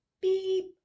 beep